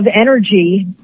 energy